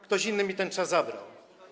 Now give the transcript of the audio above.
Ktoś inny mi ten czas zabrał.